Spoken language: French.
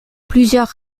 plusieurs